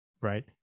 right